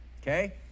Okay